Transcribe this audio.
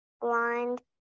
blind